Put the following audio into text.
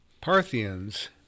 Parthians